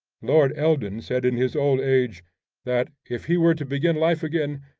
lord eldon said in his old age that if he were to begin life again,